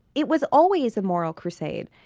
it was always a moral crusade.